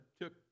took